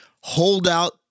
holdout